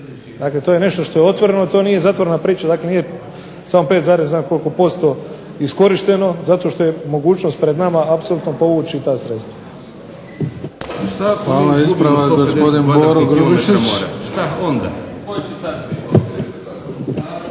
Dakle to je nešto što je otvoreno, to nije zatvorena priča, nije samo 5, nekoliko posto iskorišteno zato što je mogućnost pred nama apsolutno povući ta sredstva.